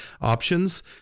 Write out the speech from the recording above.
options